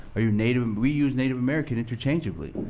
are you native and we use native american interchangeably.